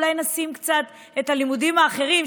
אולי נשים קצת דגש על הלימודים האחרים,